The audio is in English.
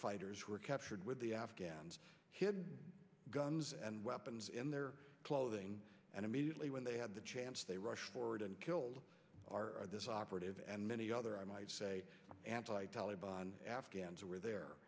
fighters who were captured with the afghans hid guns and weapons in their clothing and immediately when they had the chance they rushed forward and killed our this operative and many other i might say anti taleban afghans who are there